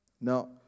Now